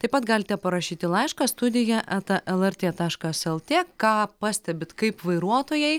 taip pat galite parašyti laišką studija eta lrt taškas el tė ką pastebit kaip vairuotojai